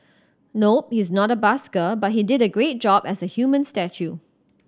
nope he's not a busker but he did a great job as a human statue